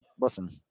Listen